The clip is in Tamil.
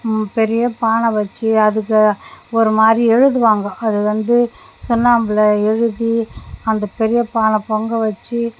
பெரிய பானை வச்சு அதுக்கு ஒரு மாதிரி எழுதுவாங்க அது வந்து சுண்ணாம்பில் எழுதி அந்த பெரிய பானை பொங்கல் வச்சு